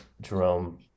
Jerome